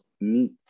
meat